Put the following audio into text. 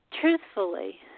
truthfully